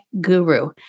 guru